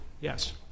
Yes